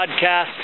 podcast